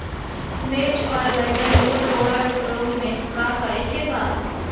मिर्च आउर बैगन रुटबोरर रोग में का करे के बा?